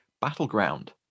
Battleground